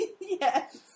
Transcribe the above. Yes